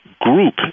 group